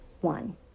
one